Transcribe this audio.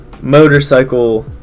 motorcycle